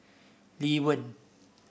Lee Wen